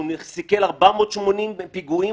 שהוא סיכל 480 פיגועים,